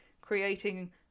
creating